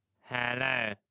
Hello